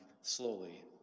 slowly